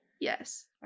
Yes